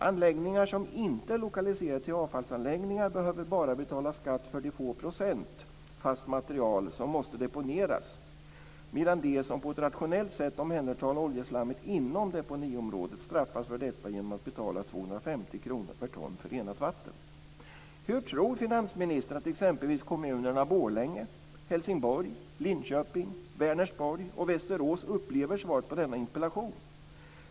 Anläggningar som inte är lokaliserade till avfallsanläggningar behöver bara betala skatt för de få procent fast material som måste deponeras, medan de som på ett rationellt sätt omhändertar oljeslammet inom deponiområdet straffas för detta genom att få betala 250 Hur tror finansministern att exempelvis kommunerna Borlänge, Helsingborg, Linköping, Vänersborg och Västerås upplever svaret på denna interpellation?